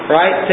right